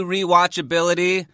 Rewatchability